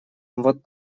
вот